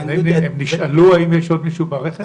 הם נשאלו האם יש עוד מישהו ברכב?